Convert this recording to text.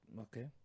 okay